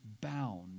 bound